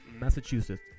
Massachusetts